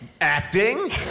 acting